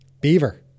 Beaver